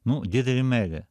nu didelė meilė